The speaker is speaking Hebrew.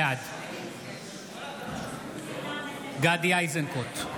בעד גדי איזנקוט,